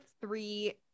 three